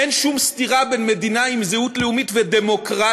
אין שום סתירה במדינה עם זהות לאומית ודמוקרטיה.